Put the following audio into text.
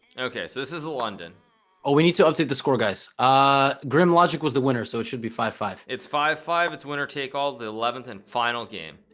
okay so this is london oh we need to update the score guys ah grim logic was the winner so it should be five five it's five five it's winner take all the eleventh and final game